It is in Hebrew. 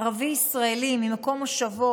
ערבי ישראלי ממקום מושבו,